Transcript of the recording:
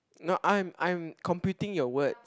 no I am I am completing your words